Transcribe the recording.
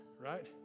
Right